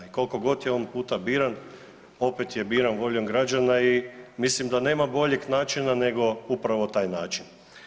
I koliko god je on puta biran opet je biran voljom građana i mislim da nema boljeg načina nego upravo taj način.